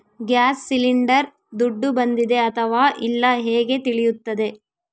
Gas cylinder ದುಡ್ಡು ಬಂದಿದೆ ಅಥವಾ ಇಲ್ಲ ಹೇಗೆ ತಿಳಿಯುತ್ತದೆ?